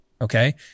okay